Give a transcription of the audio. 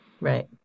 Right